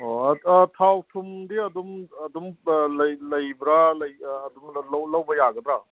ꯑꯣ ꯊꯥꯎ ꯊꯨꯝꯗꯤ ꯑꯗꯨꯝ ꯂꯩꯕ꯭ꯔꯥ ꯂꯧꯕ ꯌꯥꯒꯗ꯭ꯔꯥ